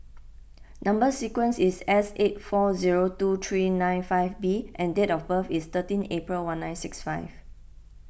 Number Sequence is S eight four zero two three nine five B and date of birth is thirteen April one nine six five